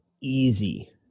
easy